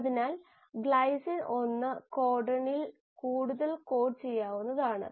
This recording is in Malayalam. അതിനാൽ ഗ്ലൈസിൻ 1 കോഡണിൽ കൂടുതൽ കോഡ് ചെയ്യാവുന്നതാണ്